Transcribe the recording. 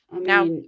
Now